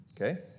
okay